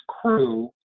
crew